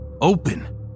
open